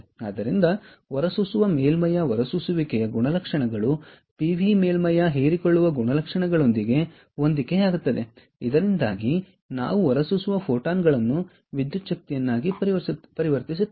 ಆದ್ದರಿಂದ ಹೊರಸೂಸುವ ಮೇಲ್ಮೈಯ ಹೊರಸೂಸುವಿಕೆಯ ಗುಣಲಕ್ಷಣಗಳು ಪಿವಿ ಮೇಲ್ಮೈಯ ಹೀರಿಕೊಳ್ಳುವ ಗುಣಲಕ್ಷಣ ಗಳೊಂದಿಗೆ ಹೊಂದಿಕೆಯಾಗುತ್ತವೆ ಇದರಿಂದಾಗಿ ನಾವು ಹೊರಸೂಸುವ ಫೋಟಾನ್ಗಳನ್ನು ವಿದ್ಯುಚ್ ಕ್ತಿಗೆ ಪರಿವರ್ತಿಸುತ್ತೇವೆ